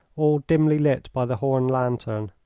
all dimly lit by the horn lantern.